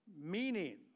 Meaning